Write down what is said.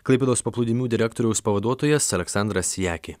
klaipėdos paplūdimių direktoriaus pavaduotojas aleksandras jakė